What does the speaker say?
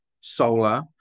solar